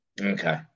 Okay